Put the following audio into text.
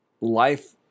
life